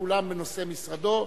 כולן בנושא משרדו,